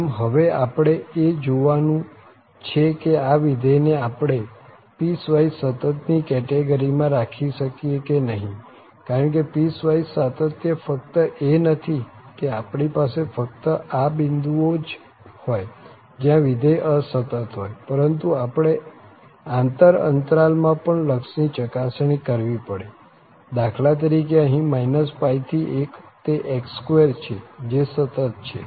આમ હવે આપણે એ જોવાનું છે કે આ વિધેય ને આપણે પીસવાઈસ સતત ની કેટેગરી માં રાખી શકીએ કે નહીં કારણ કે પીસવાઈસ સાતત્ય ફક્ત એ નથી કે આપણી પાસે ફક્ત આ બિંદુઓ જ હોય જ્યાં વિધેય અસતત હોય પરંતુ આપણે આંતર અંતરાલ માં પણ લક્ષની ચકાસણી કરવી પડે દાખલા તરીકે અહીં π થી 1 તે x2 છે જે સતત છે